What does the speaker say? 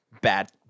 bad